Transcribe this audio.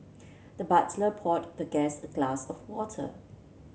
the butler poured the guest a glass of water